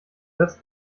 satz